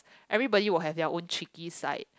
everybody will have their own cheeky side